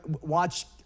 watch